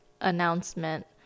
announcement